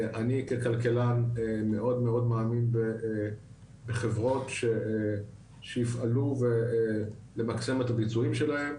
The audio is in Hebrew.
אני ככלכלן מאוד מאוד מאמין בחברות שיפעלו למקסם את הביצועים שלהם,